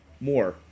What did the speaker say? more